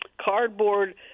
cardboard